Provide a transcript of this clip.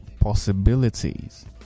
possibilities